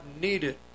needed